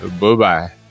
Bye-bye